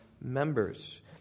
members